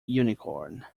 unicorn